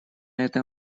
это